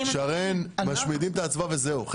משמידים את האצווה וזהו.